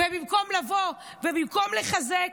ובמקום לבוא ובמקום לחזק,